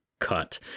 Cut